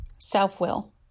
self-will